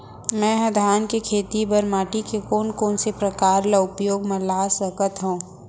मै ह धान के खेती बर माटी के कोन कोन से प्रकार ला उपयोग मा ला सकत हव?